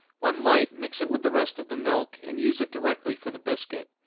when light, mix it with the rest of the milk, and use it directly for the biscuit.